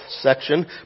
section